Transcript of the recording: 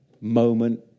moment